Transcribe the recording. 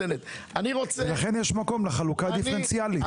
לכן יש מקום לחלוקה הדיפרנציאלית.